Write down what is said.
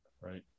Right